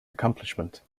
accomplishment